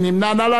מי נמנע?